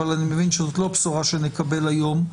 אבל אני מבין שזאת לא בשורה שנקבל היום,